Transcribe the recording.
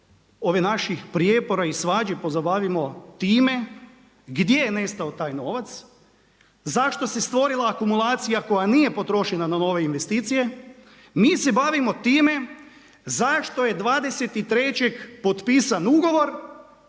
ovih naših prijepora i svađi pozabavimo time gdje je nestao taj novac, zašto se stvorila akumulacija koja nije potrošena na nove investicije mi se bavimo time zašto je 23. potpisan ugovor